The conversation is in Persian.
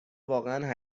واقعا